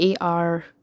AR